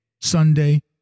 Sunday